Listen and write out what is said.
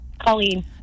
Colleen